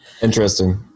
Interesting